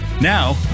Now